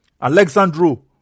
Alexandro